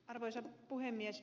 arvoisa puhemies